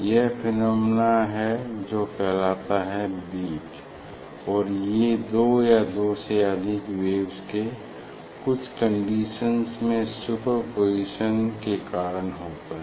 यह फेनोमेनन है जो कहलाता है बिट और ये दो या दो से अधिक वेव्स के कुछ कंडीशंस में सुपरपोज़िशन के कारण होता है